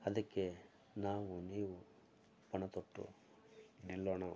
ಅದಕ್ಕೆ ನಾವೂ ನೀವೂ ಪಣತೊಟ್ಟು ನಿಲ್ಲೋಣ